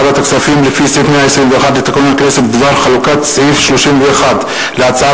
לפי סעיף 121 לתקנון הכנסת בדבר חלוקת סעיף 31 להצעת